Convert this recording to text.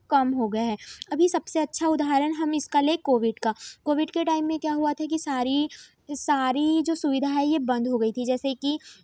कम हो गए है अभी सबसे अच्छा उदाहरण हम इसका लें कोविड का कोविड के टाइम में क्या हुआ था कि सारी सारी जो सुविधा है यह बंद हो गई थी जैसे कि